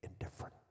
indifferent